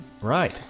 Right